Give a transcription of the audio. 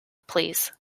please